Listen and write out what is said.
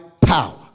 power